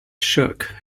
shook